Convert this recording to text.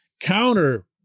counter